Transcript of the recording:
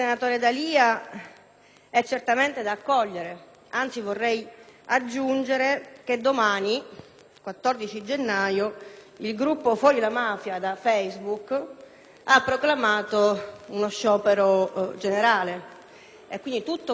certamente da accogliere; anzi, vorrei aggiungere che domani, 14 gennaio, il gruppo «Fuori la mafia da Facebook» ha proclamato uno sciopero generale. Tutti coloro,